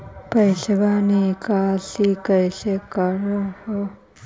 पैसवा निकासी कैसे कर हो?